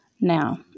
Now